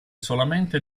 solamente